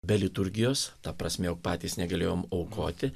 be liturgijos ta prasme juk patys negalėjom aukoti